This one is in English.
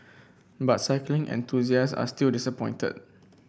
but cycling enthusiast are still disappointed